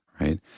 Right